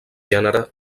gènere